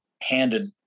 handed